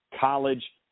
college